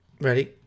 Ready